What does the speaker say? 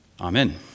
amen